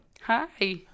Hi